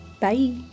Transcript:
bye